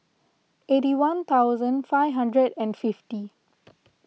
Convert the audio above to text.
eighty one thousand five hundred and fifty